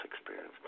experience